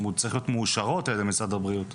זה צריך להיות "מאושרות על-ידי משרד הבריאות".